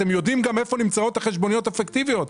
אתם יודעים גם איפה נמצאות החשבוניות הפיקטיביות,